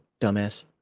dumbass